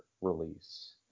release